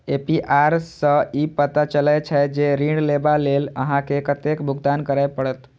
APR सं ई पता चलै छै, जे ऋण लेबा लेल अहां के कतेक भुगतान करय पड़त